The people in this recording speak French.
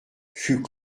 fut